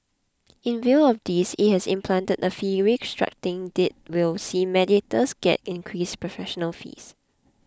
in view of this it has implemented a fee restructuring that will see mediators get increased professional fees